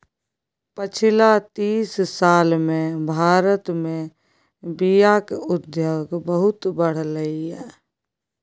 पछिला तीस साल मे भारत मे बीयाक उद्योग बहुत बढ़लै यै